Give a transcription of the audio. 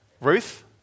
Ruth